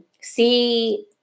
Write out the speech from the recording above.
See